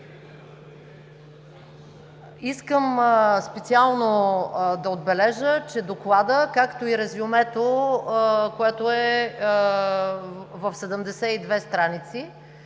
Искам специално да отбележа, че Докладът, както и резюмето, което е в 72 страници,